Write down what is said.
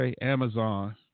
Amazon